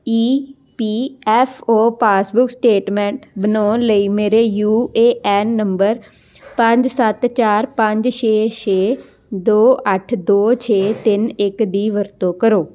ਈ P F O passbook statement ਬਣਾਉਣ ਲਈ ਮੇਰੇ ਯੂ ਏ ਐਨ ਨੰਬਰ ਪੰਜ ਸੱਤ ਚਾਰ ਪੰਜ ਛੇ ਛੇ ਦੋ ਅੱਠ ਦੋ ਛੇ ਤਿੰਨ ਇੱਕ ਦੀ ਵਰਤੋਂ ਕਰੋ